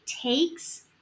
takes